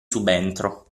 subentro